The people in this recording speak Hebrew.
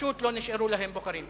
פשוט לא נשארו להם בוחרים.